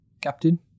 Captain